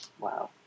Wow